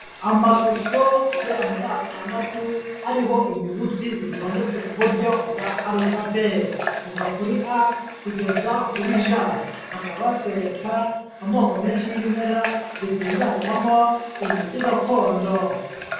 Amashusho agera muri atandatu, ariho inyuguti zitondetse ku buryo bwa alphabet. Kuva kuri A kugeza kuri J. Bakaba batwereka amoko menshi y'ibimera bitunganywamo imiti gakondo.